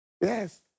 Yes